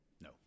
no